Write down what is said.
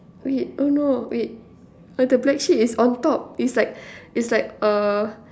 wait oh no wait uh the black sheep is on top is like is like err